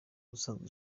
ubusanzwe